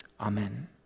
Amen